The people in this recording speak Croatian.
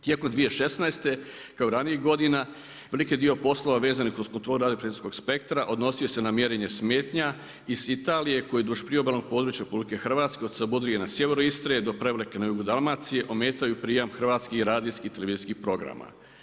Tijekom 2016. kao i ranijih godina, veliki dio poslova vezanih uz kontrolu rada … spektra odnosio se na mjerenje smetnja iz Italije koji duž priobalnog područja RH od Savudrije na sjeveru Istre do Prevlake na jugu Dalmacije ometaju prijam hrvatskih radijskih i televizijskih programa.